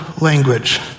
language